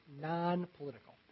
non-political